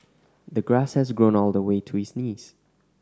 the grass had grown all the way to his knees